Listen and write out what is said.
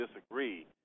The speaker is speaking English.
disagree